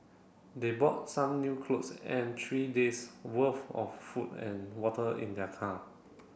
they brought some new clothes and three days' worth of food and water in their car